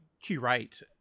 curate